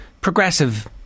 progressive